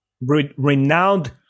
renowned